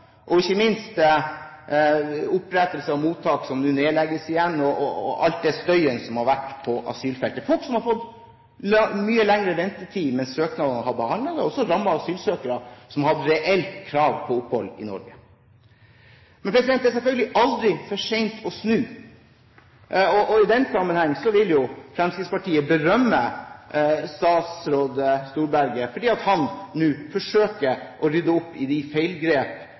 og ikke minst opprettelse av mottak som nå nedlegges igjen, og all den støyen som har vært på asylfeltet. Folk som har reelt krav på opphold i Norge, har også blitt rammet, og fått mye lengre ventetid mens søknaden har blitt behandlet. Men det er selvfølgelig aldri for sent å snu. I den sammenheng vil Fremskrittspartiet berømme statsråd Storberget fordi han nå forsøker å rydde opp i noen av de